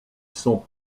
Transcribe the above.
sont